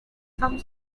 some